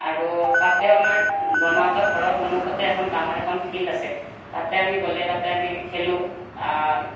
আৰু তাতে আমাৰ বৰমাহঁতৰ ঘৰৰ সন্মুখতে এখন ডাঙৰ এখন ফিল্ড আছে তাতে আমি গ'লে তাতে আমি খেলো